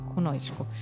conosco